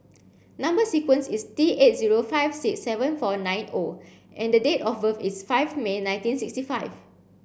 number sequence is T eight zero five six seven four nine O and the date of birth is five May nineteen sixty five